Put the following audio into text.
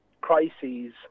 crises